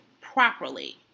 properly